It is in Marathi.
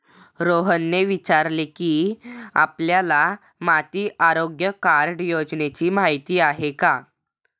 रोहनने विचारले की, आपल्याला माती आरोग्य कार्ड योजनेची माहिती आहे का?